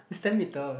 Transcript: it's ten metre